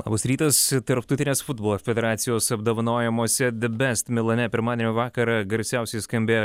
labas rytas tarptautinės futbolo federacijos apdovanojimuose the best milane pirmadienio vakarą garsiausiai skambėjo